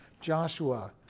Joshua